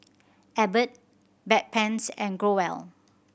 Abbott Bedpans and Growell